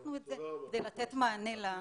פתחנו את זה כדי לתת מענה למציאות המורכבת.